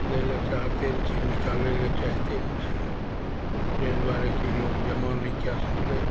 दै लए चाहिते नहि छै निकालै लए चाहिते नहि छै तै दुआरे की लोग जमा नहि कए सकलय